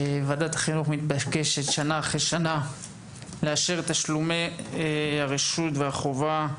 ועדת החינוך מתבקשת שנה אחרי שנה לאשר תשלומי הרשות והחובה.